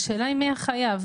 השאלה היא מי החייב,